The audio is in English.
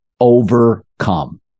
Overcome